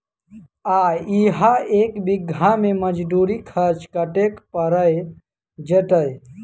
आ इहा एक बीघा मे मजदूरी खर्च कतेक पएर जेतय?